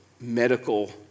medical